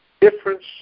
difference